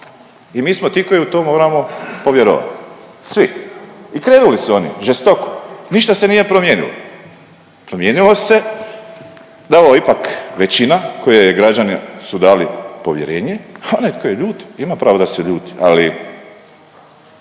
I mi smo ti koji u to moramo povjerovati, svi. I krenuli su oni žestoko. Ništa se nije promijenilo. Promijenilo se da je ovo ipak većina kojoj građani su dali povjerenje, a onaj tko je ljut ima pravo da se ljuti